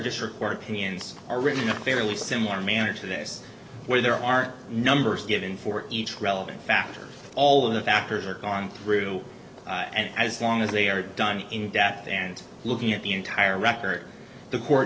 district court opinions are written in a fairly similar manner to this where there are numbers given for each relevant factor all of the factors are gone through and as long as they are done in depth and looking at the entire record the court